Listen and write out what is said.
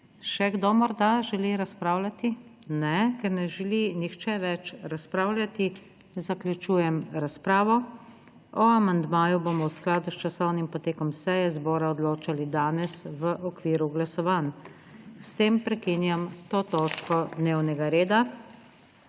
Želi morda še kdo razpravljati? Ne. Ker ne želi nihče več razpravljati, zaključujem razpravo. O amandmaju bomo v skladu s časovnim potekom seje zbora odločali danes v okviru glasovanj. S tem prekinjam to točko dnevnega reda.